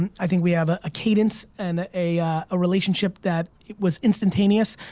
and i think we have ah a cadence and a a relationship that it was instantaneous.